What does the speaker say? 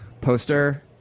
poster